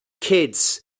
kids